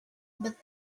but